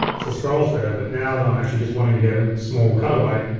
so scroll's better, but now that i'm actually just wanting to get a small cutaway,